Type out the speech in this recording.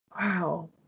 Wow